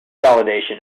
consolidation